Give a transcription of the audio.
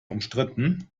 umstritten